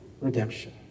redemption